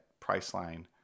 Priceline